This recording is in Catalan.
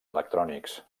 electrònics